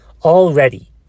already